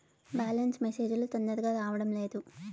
Balance message లు తొందరగా రావడం లేదు?